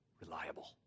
reliable